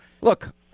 look